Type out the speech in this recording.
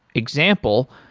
example,